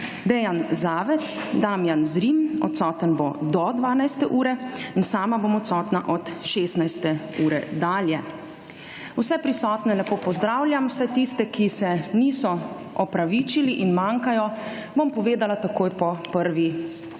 Dejan Zavec, Damijan Zrim do 12. ure in sama bom odsotna od 16. ure dalje. Vse prisotne lepo pozdravljam! Vse tiste, ki se niso opravičili in manjkajo, bom povedala takoj po prvi